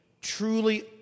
truly